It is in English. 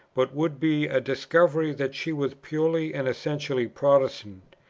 but would be a discovery that she was purely and essentially protestant,